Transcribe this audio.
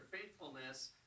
faithfulness